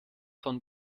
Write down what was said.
von